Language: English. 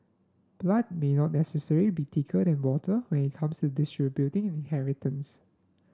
blood may not necessarily be thicker than water when it comes to distributing inheritance